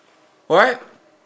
what